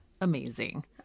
amazing